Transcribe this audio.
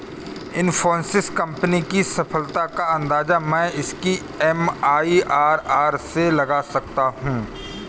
Infosys company की सफलता का अंदाजा मैं इसकी एम.आई.आर.आर से लगा सकता हूँ